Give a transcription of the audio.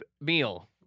meal